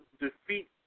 defeat